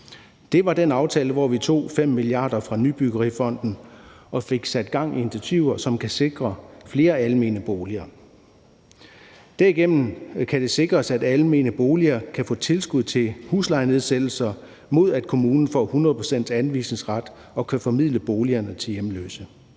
Det var den aftale, hvor vi tog 5 mia. kr. fra Nybyggerifonden og fik sat gang i initiativer, som kan sikre flere almene boliger. Derigennem kan det sikres, at almene boliger kan få tilskud til huslejenedsættelser, mod at kommunen får 100 pct.s anvisningsret og kan formidle boligerne til hjemløse.